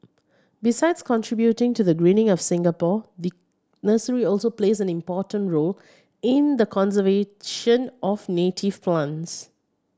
besides contributing to the greening of Singapore the nursery also plays an important role in the conservation of native plants